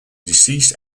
deceased